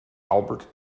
albert